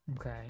okay